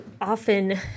often